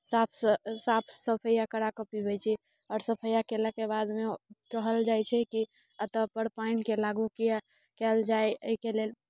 साफसँ साफ सफैआ करा कऽ पीबैत छी आओर सफैआ कयलाके बादमे कहल जाइत छै कि एतय पर पानिकेँ लागू किया कएल जाय एहिके लेल